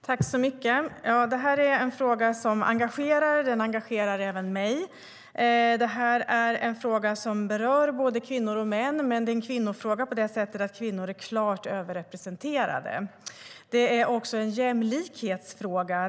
Herr talman! Detta är en fråga som engagerar, och den engagerar även mig. Den berör både kvinnor och män, men det är en kvinnofråga på det sättet att kvinnor är klart överrepresenterade. Det är också en jämlikhetsfråga.